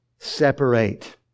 Separate